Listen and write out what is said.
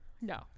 No